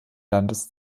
landes